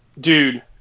Dude